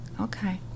okay